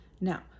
Now